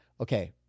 Okay